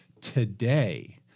today